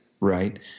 right